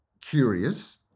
curious